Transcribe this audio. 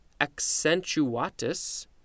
accentuatus